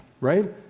right